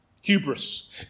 Hubris